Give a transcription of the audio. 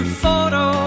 photo